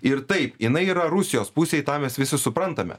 ir taip jinai yra rusijos pusėj tą mes visi suprantame